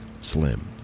slim